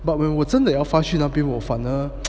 but when 我真的要发去那边我反而